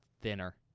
thinner